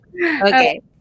Okay